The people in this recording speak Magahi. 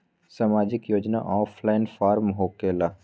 समाजिक योजना ऑफलाइन फॉर्म होकेला?